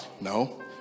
no